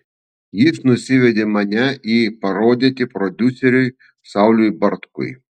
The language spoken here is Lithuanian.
jis nusivedė mane į parodyti prodiuseriui sauliui bartkui